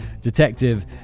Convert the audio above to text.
Detective